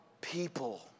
people